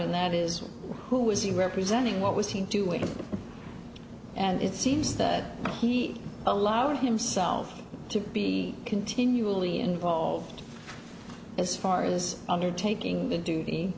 and that is who was the representing what was he doing and it seems that he allowed himself to be continually involved as far as undertaking the duty